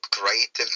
great